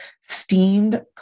steamed